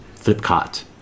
Flipkart